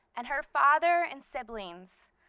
and her father and siblings,